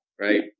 right